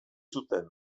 zuten